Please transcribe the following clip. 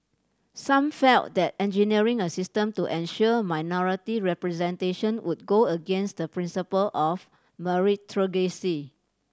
some felt that engineering a system to ensure minority representation would go against the principle of meritocracy